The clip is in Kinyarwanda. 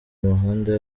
imihanda